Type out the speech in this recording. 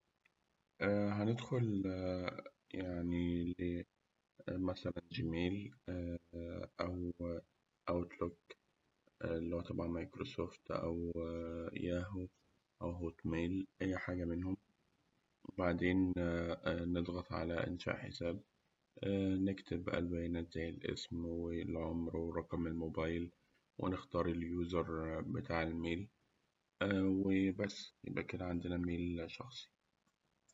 هندخل يعني مثلاً جيميل أو أوت لوك اللي هو تبع ميكروسوفت، أو ياهو، أو هوت ميل، أي حاجة منهم وبعدين نضغط على إنشاء حساب، نكتب البيانات زي الاسم والعمر ورقم الموبايل، ونختار اليوزر بتاع الميل، وبس يبقى كده عندنا ميل شخصي.